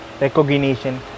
recognition